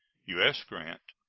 u s. grant.